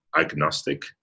agnostic